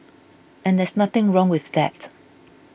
and there's nothing wrong with that